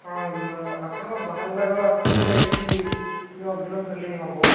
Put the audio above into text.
ହଁ ଆପଣ ବାହାର ଯାଗା ଆସିଲେ ଏଇଠି ଟିକେ ଅଧିକ ସେଲିଙ୍ଗ୍ ହେବ